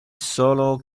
solo